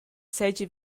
seigi